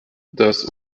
das